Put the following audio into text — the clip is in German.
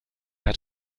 hat